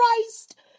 Christ